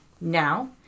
now